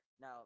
Now